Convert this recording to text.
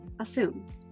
assume